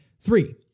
Three